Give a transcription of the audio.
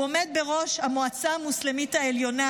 הוא עומד בראש המועצה המוסלמית העליונה,